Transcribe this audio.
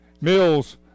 Mills